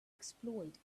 exploit